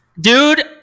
Dude